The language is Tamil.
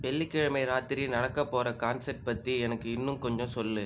வெள்ளிக்கிழமை இராத்திரி நடக்க போகிற கான்செர்ட் பற்றி எனக்கு இன்னும் கொஞ்சம் சொல்